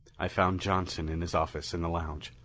i found johnson in his office in the lounge.